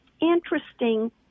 interesting